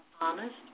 honest